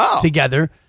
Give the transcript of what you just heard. together